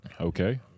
Okay